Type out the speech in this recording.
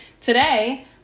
today